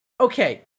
okay